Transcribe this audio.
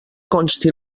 consti